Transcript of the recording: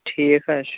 ٹھیٖک حظ چھُ ٹھیٖک